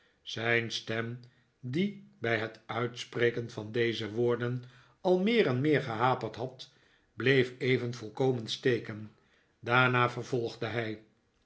zijn stem die bij het uitspreken van deze woorden al meer en meer gehaperd had bleef even volkomen steken daarna vervolgde hij